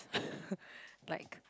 like